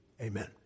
Amen